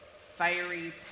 fiery